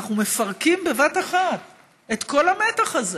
אנחנו מפרקים בבת אחת את כל המתח הזה,